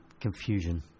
Confusion